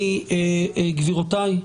גבירותיי,